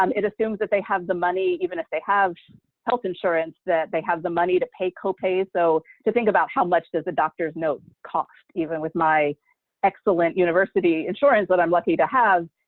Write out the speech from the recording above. um it assumes that they have the money, even if they have health insurance, that they have the money to pay copay, so think about how much does the doctor's note cost? even with my excellent university insurance that i'm lucky to have,